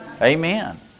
Amen